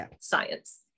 science